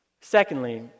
Secondly